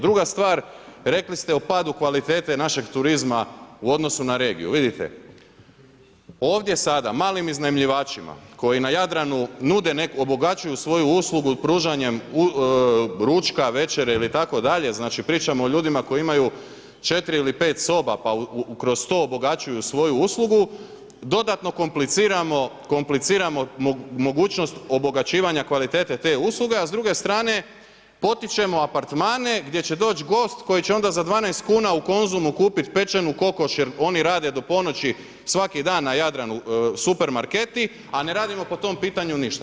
Druga stvar, rekli ste o padu kvalitete našeg turizma u odnosu na regiju, vidite, ovdje sada malim iznajmljivačima koji na Jadranu obogaćuju svoju uslugu pružanjem ručka, večere ili tako dalje, pričamo o ljudima koji imaju 4 ili 5 soba pa kroz to obogaćuju svoju uslugu dodatno kompliciramo mogućnost obogaćivanja kvalitete te usluga, s druge strane potičemo apartmane gdje će doć gost koji će onda za 12 kuna u Konzumu kupit pečenu kokoš jer oni rade do ponoći svaki dan na Jadranu supermarketi, a ne radimo po tom pitanju ništa.